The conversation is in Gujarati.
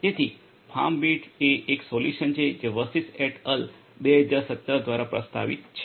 તેથી ફાર્મબીટ્સ એ એક સોલ્યુશન છે જે વશિષ્ઠ એટ અલ 2017 દ્વારા પ્રસ્તાવિત છે